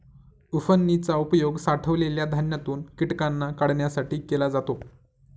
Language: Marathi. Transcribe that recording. उफणनी चा उपयोग साठवलेल्या धान्यातून कीटकांना काढण्यासाठी केला जातो